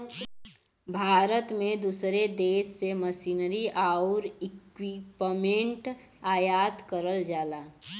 भारत में दूसरे देश से मशीनरी आउर इक्विपमेंट आयात करल जाला